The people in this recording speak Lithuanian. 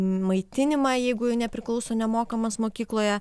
maitinimą jeigu jau nepriklauso nemokamas mokykloje